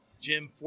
Jim